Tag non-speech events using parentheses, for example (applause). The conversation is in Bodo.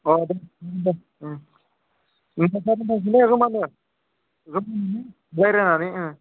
औ दे जागोन दे (unintelligible) रायज्लायनानाै ओं